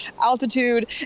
altitude